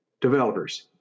developers